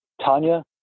tanya